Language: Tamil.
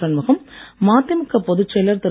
சண்முகம் மதிமுக பொதுச் செயலர் திரு